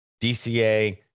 DCA